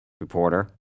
Reporter